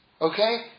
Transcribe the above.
Okay